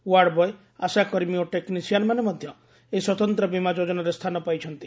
ward boy ଆଶାକର୍ମୀ ଓ ଟେକ୍ଟିସିଆନ୍ମାନେ ମଧ୍ୟ ଏହି ସ୍ୱତନ୍ତ ବୀମା ଯୋଜନାରେ ସ୍ଥାନ ପାଇଛନ୍ତି